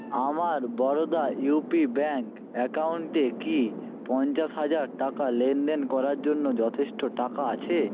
আমার Baroda UP bank অ্যাকাউন্টে কি পঞ্চাশ হাজার টাকা লেনদেন করার জন্য যথেষ্ট টাকা আছে